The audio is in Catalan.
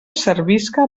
servisca